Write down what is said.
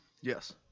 Yes